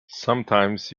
sometimes